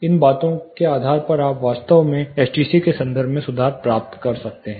इन बातों के आधार पर आप वास्तव में एसटीसी के संदर्भ में सुधार प्राप्त कर सकते हैं